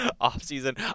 Off-season